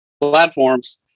platforms